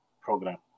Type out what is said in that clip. program